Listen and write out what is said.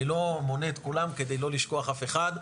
אני לא מונה את כולם כדי לא לשכוח אף אחד.